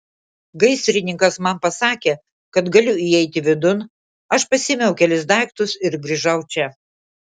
gaisrininkas man pasakė kad galiu įeiti vidun aš pasiėmiau kelis daiktus ir grįžau čia